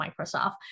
Microsoft